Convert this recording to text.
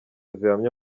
zihamye